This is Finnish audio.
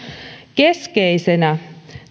keskeisenä